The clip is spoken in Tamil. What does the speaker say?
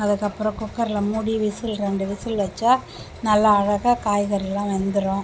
அதுக்கப்புறம் குக்கரில் மூடி விசில் ரெண்டு விசில் வைச்சா நல்ல அழகாக காய்கறியெலாம் வெந்துடும்